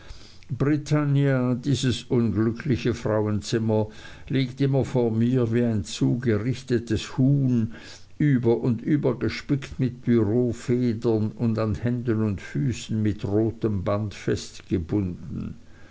britannia dieses unglückliche frauenzimmer liegt immer vor mir wie ein zugerichtetes huhn über und über gespickt mit bureaufedern und an händen und füßen mit rotem band festgebunden